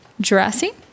Jurassic